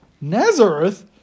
Nazareth